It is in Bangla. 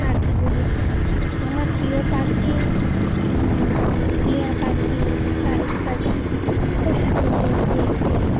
পাখিগুলি আমার প্রিয় পাখি টিঁয়া পাখি শালিখ পাখি খুব সুন্দর দেখতে